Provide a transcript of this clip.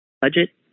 budget